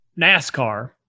NASCAR